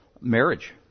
marriage